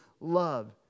love